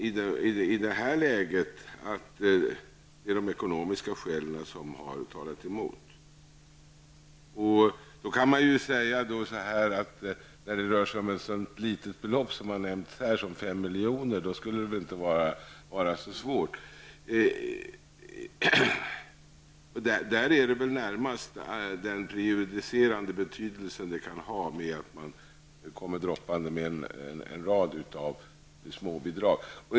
Då kan man säga att det inte skulle behöva vara så svårt med ett så litet belopp som det som här har nämnts, 5 miljoner. Den prejudicerande betydelse det har, när man kommer med en rad av småbidrag.